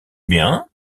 bien